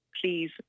please